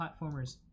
platformers